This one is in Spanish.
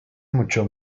mucho